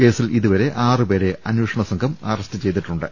കേസിൽ ഇതുവരെ ആറുപേരെ അന്വേഷ ണസംഘം അറസ്റ്റ് ചെയ്തിട്ടുണ്ട്